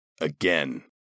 Again